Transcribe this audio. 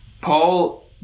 Paul